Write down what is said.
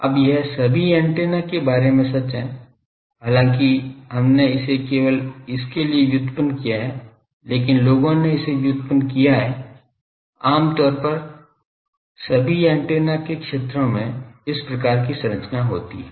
अब यह सभी एंटेना के बारे में सच है हालांकि हमने इसे केवल इन के लिए ही व्युत्पन्न किया है लेकिन लोगों ने इसे व्युत्पन्न किया है आम तौर पर सभी एंटेना के क्षेत्रों में इस प्रकार की संरचना होती है